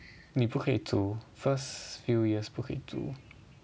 你不可以租 first few years 不会租